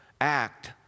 act